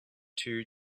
two